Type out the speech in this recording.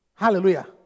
Hallelujah